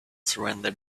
surrender